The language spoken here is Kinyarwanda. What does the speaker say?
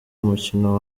umukino